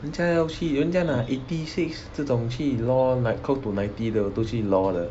人家要去人家拿 eighty six 这种去 law like close to ninety 的都去 law 的